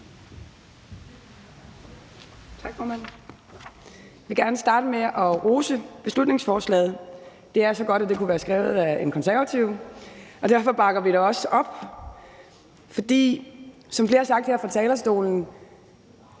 Tak, formand. Jeg vil gerne starte med at rose beslutningsforslaget. Det er så godt, at det kunne være skrevet af en konservativ. Derfor bakker vi det også op. For som flere har sagt her fra talerstolen,